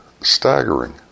staggering